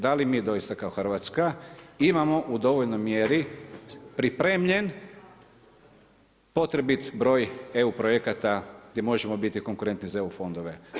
Da li mi doista kao Hrvatska imamo u dovoljnoj mjeri pripremljen potrebit broj EU projekata gdje možemo biti konkurentni za Eu fondove.